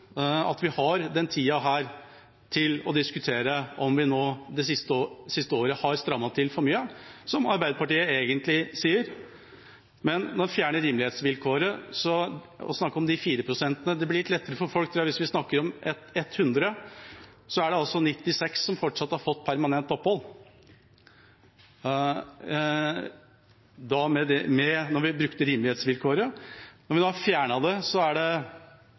at vi har tid til å diskutere om vi det siste året har strammet til for mye, som Arbeiderpartiet egentlig sier. Men når en fjerner rimelighetsvilkåret og snakker om de fire prosentene, blir det lettere for folk om vi sier at av 100 var det 96 som fortsatt fikk permanent opphold da vi brukte rimelighetsvilkåret. Da vi fjernet det, var det omkring 50 som fikk det. Det er et eller annet sted imellom Arbeiderpartiet vil være. All ære til Arbeiderpartiet, som ønsker å slippe tøylene litt, men det